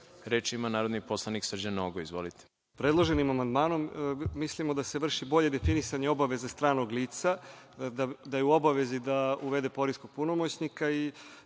ima narodni poslanik Srđan Nogo. Izvolite. **Srđan Nogo** Predloženim amandmanom mislimo da se vrši bolje definisanje obaveze stranog lica, da je u obavezi da uvede poreskog punomoćnika.